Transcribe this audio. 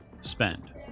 spend